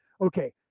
Okay